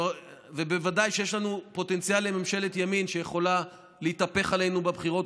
ובוודאי שיש לנו פוטנציאל לממשלת ימין שיכול להתהפך עלינו בבחירות,